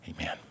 Amen